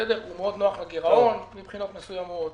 הוא מאוד נוח לגירעון מבחינות מסוימות,